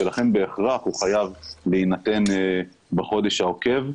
ולכן בהכרח הוא חייב להינתן בחודש העוקב,